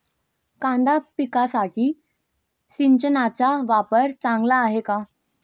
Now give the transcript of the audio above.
कांदा पिकासाठी सिंचनाचा वापर चांगला आहे का?